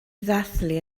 ddathlu